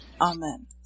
Amen